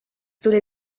tuli